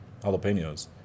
jalapenos